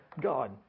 God